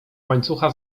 łańcucha